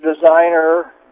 designer